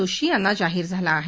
जोशी यांना जाहीर झाला आहे